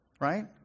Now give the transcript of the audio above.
right